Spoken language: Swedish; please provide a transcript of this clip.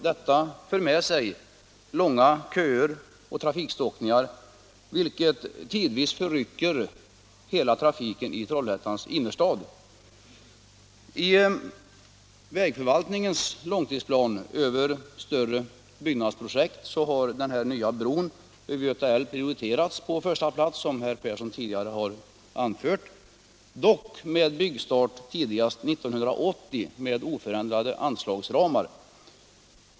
Det för med sig långa köer och trafikstockningar, vilket tidvis förrycker hela trafiken i Trollhättans innerstad. I vägförvaltningens långtidsplan över större byggnadsprojekt har, som herr Persson i Heden anfört, en ny bro över Göta älv prioriterats, dock med byggstart tidigast 1980 med oförändrade anslagsramar.